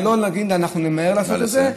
ולא להגיד: אנחנו נמהר לעשות את זה,